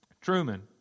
Truman